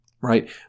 right